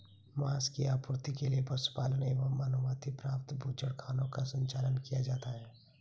माँस की आपूर्ति के लिए पशुपालन एवं अनुमति प्राप्त बूचड़खानों का संचालन किया जाता है